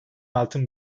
altın